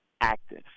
active